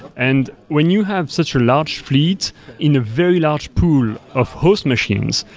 and when you have such a large fleet in a very large pool of host machines,